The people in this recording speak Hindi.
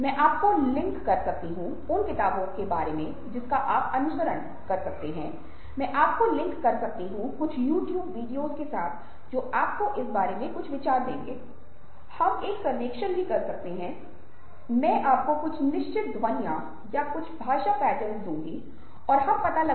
और आप देखते हैं कि सहानुभूति बहुत चरम पर हो सकती है जहां उदाहरण के लिए हमारे पास श्री रामकृष्ण की कहानी है जो एक व्यक्ति को रोते हुए और दूसरे व्यक्ति को देखता है और उसके तुरंत बाद आप पाते हैं कि दूसरे व्यक्ति के घाव उसकी पीठ पर दिखाई देते हैं